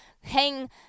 hang